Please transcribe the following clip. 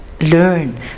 learn